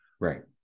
Right